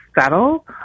settle